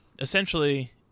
essentially